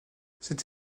cette